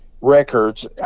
Records